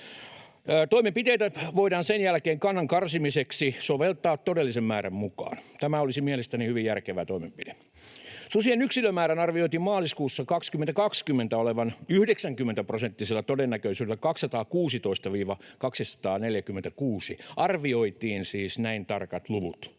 Toimenpiteitä voidaan sen jälkeen kannan karsimiseksi soveltaa todellisen määrän mukaan. Tämä olisi mielestäni hyvin järkevä toimenpide. Susien yksilömäärän arvioitiin maaliskuussa 2020 olevan 90-prosenttisella todennäköisyydellä 216–246, arvioitiin siis näin tarkat luvut.